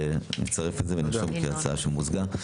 נצרף את זה ונגיש זאת כהצעה ממוזגת.